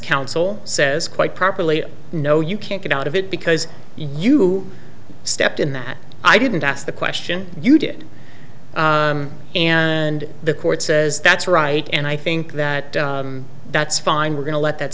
counsel says quite properly no you can't get out of it because you stepped in that i didn't ask the question you did and the court says that's right and i think that that's fine we're going to let that